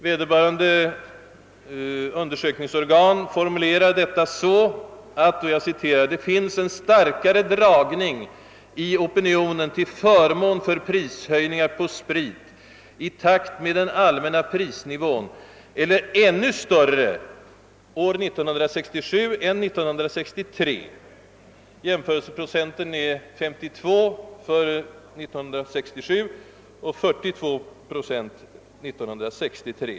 Vederbörande undersökningsorgan skriver härom: Det finns en starkare dragning i opinionen till förmån för prishöjningar på sprit i takt med den allmänna prisnivån eller ännu större år 1967 än 1963. Jämförelseprocenten är 952 för år 1967 och 42 för år 1963.